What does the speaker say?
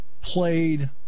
played